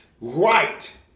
right